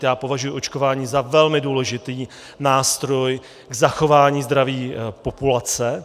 Já považuji očkování za velmi důležitý nástroj k zachování zdraví populace.